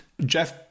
Jeff